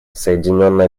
соединенное